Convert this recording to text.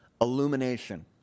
illumination